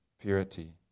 purity